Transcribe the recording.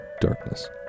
darkness